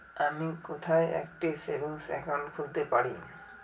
আমি কোথায় একটি সেভিংস অ্যাকাউন্ট খুলতে পারি?